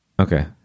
Okay